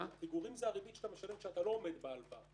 הפיגורים זה הריבית שאתה משלם כשאתה לא עומד בהלוואה.